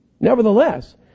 Nevertheless